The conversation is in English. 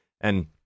and-